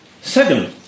Second